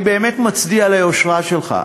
אני באמת מצדיע ליושרה שלך,